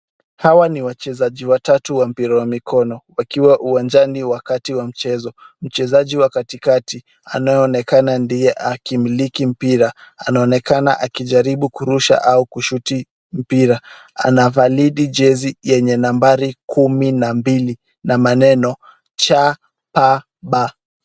Hawa ni wachezaji watatu wa mpira wa mkono wakiwa uwanjani wakati wa mchezo. Mchezaji wa katikati anayeonekana ndiye akimiliki mpira anaonekana akijaribu kurusha au kushuti mpira. Anavalidi jezi yenye nambari kumi na mbili na maneno; Cha Pa Ba.